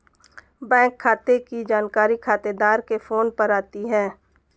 bank खाते की जानकारी खातेदार के फोन पर आती है